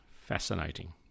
fascinating